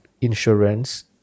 insurance